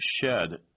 shed